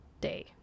day